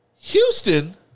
Houston